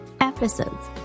episodes